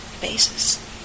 basis